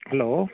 hello